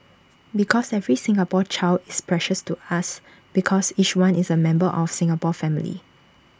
because every Singapore child is precious to us because each one is the member of Singapore family